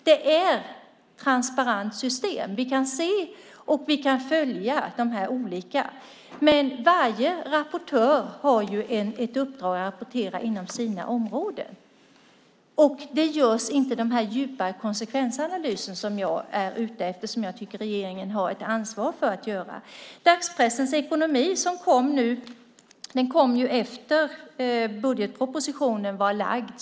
Det är ett transparent system. Vi kan se och vi kan följa de olika medierna. Men varje rapportör har ett uppdrag att rapportera inom sitt område, och det görs inga djupare konsekvensanalyser. Jag tycker att regeringen har ett ansvar för att göra dem. Rapporten om dagspressens ekonomi kom efter att budgetpropositionen lades fram.